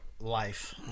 life